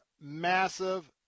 massive